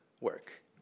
work